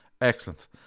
excellent